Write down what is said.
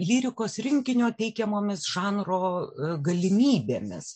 lyrikos rinkinio teikiamomis žanro galimybėmis